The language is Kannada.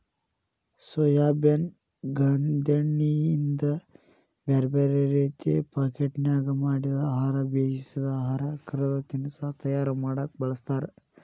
ಸೋಯಾಬೇನ್ ಗಾಂದೇಣ್ಣಿಯಿಂದ ಬ್ಯಾರ್ಬ್ಯಾರೇ ರೇತಿ ಪಾಕೇಟ್ನ್ಯಾಗ ಮಾಡಿದ ಆಹಾರ, ಬೇಯಿಸಿದ ಆಹಾರ, ಕರದ ತಿನಸಾ ತಯಾರ ಮಾಡಕ್ ಬಳಸ್ತಾರ